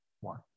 one